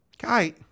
Guy